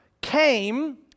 came